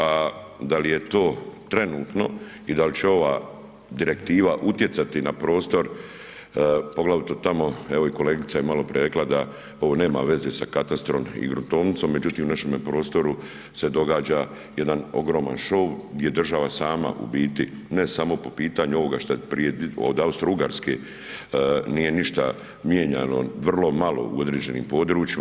A da li je to trenutno i da li će ova direktiva utjecati na prostor, poglavito tamo, evo i kolegica je maloprije rekla da ovo nema veze sa katastrom i gruntovnicom, međutim u našemu prostoru se događa jedan ogroman šou gdje država sama u biti ne samo po pitanju ovoga što od Austro-Ugarske nije ništa mijenjano, vrlo malo u određenim područjima.